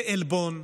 זה עלבון,